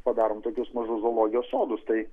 padarom tokius mažus zoologijos sodus tai